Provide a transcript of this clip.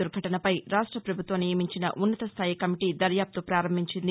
దుర్ఘటనపై రాష్ట పభుత్వం నియమించిన ఉన్నత స్థాయి కమిటీ దర్యాప్తు పారంభించింది